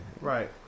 Right